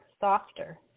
softer